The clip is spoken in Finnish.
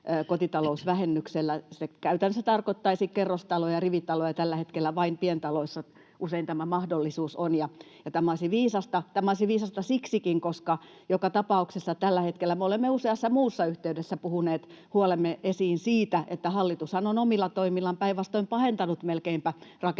Käytännössä se tarkoittaisi kerrostaloja ja rivitaloja, tällä hetkellä vain pientaloissa usein tämä mahdollisuus on. Tämä olisi viisasta — tämä olisi viisasta siksikin, koska joka tapauksessa tällä hetkellä me olemme useassa muussa yhteydessä puhuneet huolemme esiin siitä, että hallitushan on omilla toimillaan päinvastoin melkeinpä pahentanut